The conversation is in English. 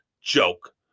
joke